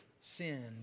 sin